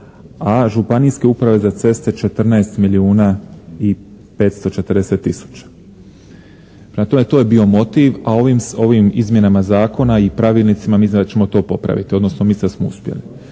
a županijske uprave za ceste 14 milijuna i 540 tisuća. Prema tome, to je bio motiv, a ovim izmjenama Zakona i pravilnicima mislim da ćemo to popraviti, odnosno mislim da smo uspjeli.